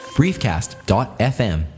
briefcast.fm